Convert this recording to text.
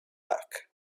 bag